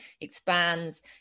expands